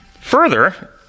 Further